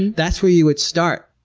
that's where you would start.